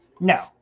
No